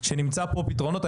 שנמצא פה פתרונות.